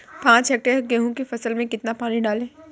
पाँच हेक्टेयर गेहूँ की फसल में कितना पानी डालें?